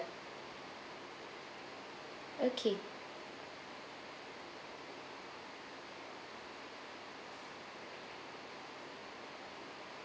okay